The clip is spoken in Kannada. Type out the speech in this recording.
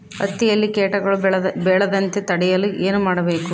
ಹತ್ತಿಯಲ್ಲಿ ಕೇಟಗಳು ಬೇಳದಂತೆ ತಡೆಯಲು ಏನು ಮಾಡಬೇಕು?